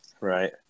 Right